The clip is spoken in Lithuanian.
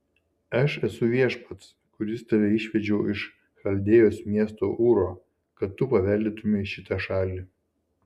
aš esu viešpats kuris tave išvedžiau iš chaldėjos miesto ūro kad tu paveldėtumei šitą šalį